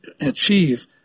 achieve